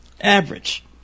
average